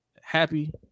happy